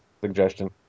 suggestion